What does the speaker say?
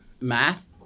math